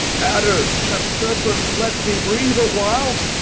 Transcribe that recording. adders and serpents, let me breathe a while!